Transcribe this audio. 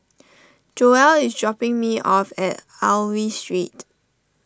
Joel is dropping me off at Aliwal Street